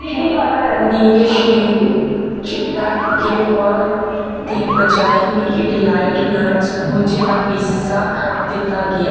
नीरश यू चिट्टा कीनोआ दे बजाए मिगी डिलाईट नट्स भुज्जे दा पिस्सा दित्ता गेआ